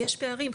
יש פערים,